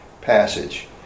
passage